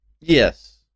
yes